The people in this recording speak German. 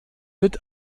wird